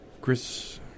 Chris